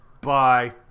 Bye